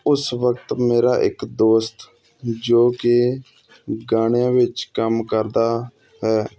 ਉਸ ਵਕਤ ਮੇਰਾ ਇੱਕ ਦੋਸਤ ਜੋ ਕਿ ਗਾਣਿਆਂ ਵਿੱਚ ਕੰਮ ਕਰਦਾ ਹੈ